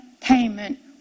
payment